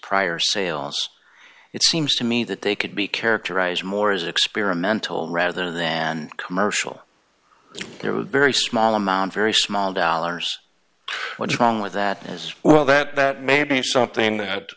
prior sales it seems to me that they could be characterized more as experimental rather than commercial and there was very small amount very small dollars what's wrong with that as well that that may be something that